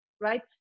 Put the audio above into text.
right